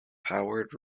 powered